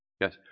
yes